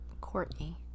Courtney